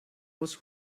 was